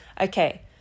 Okay